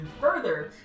further